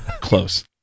Close